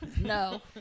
No